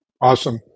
Awesome